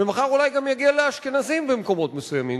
ומחר אולי גם יגיע לאשכנזים במקומות מסוימים.